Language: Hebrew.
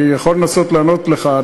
אני יכול לנסות לענות לך.